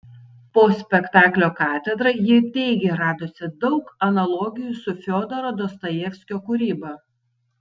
po spektaklio katedra ji teigė radusi daug analogijų su fiodoro dostojevskio kūryba